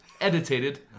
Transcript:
edited